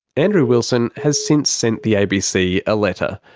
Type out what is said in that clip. andrew wilson has since sent the abc a letter,